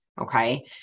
okay